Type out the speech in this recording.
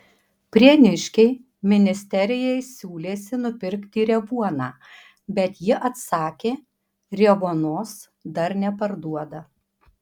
prieniškiai ministerijai siūlėsi nupirkti revuoną bet ji atsakė revuonos dar neparduoda